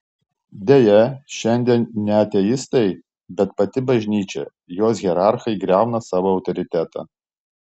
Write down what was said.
deja šiandien ne ateistai bet pati bažnyčia jos hierarchai griauna savo autoritetą